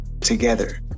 together